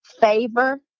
favor